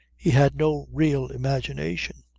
he had no real imagination.